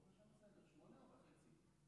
חברי הכנסת, בבקשה